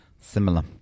Similar